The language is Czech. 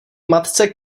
matce